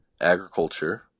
agriculture